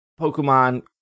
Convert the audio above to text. Pokemon